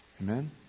Amen